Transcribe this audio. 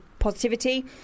Positivity